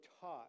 taught